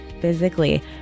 physically